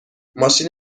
ماشین